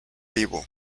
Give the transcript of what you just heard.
vivo